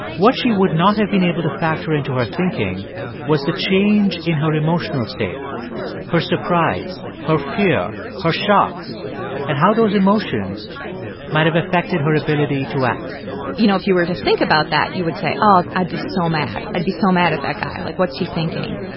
what she would not have been able to factor into her thinking was the change in her emotional state her surprise, her fear, her shock and how those emotions might have affected her ability to act you know, if you were to think about that, you would say, oh, i'd be so mad. i'd be so mad at that guy. like, what's he thinking?